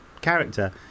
character